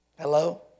Hello